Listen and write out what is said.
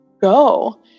go